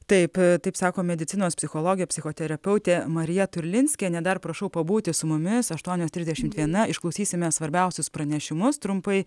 taip taip sako medicinos psichologė psichoterapeutė marija turlinskienė dar prašau pabūti su mumis aštuonios trisdešimt viena išklausysime svarbiausius pranešimus trumpai